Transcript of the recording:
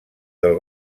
del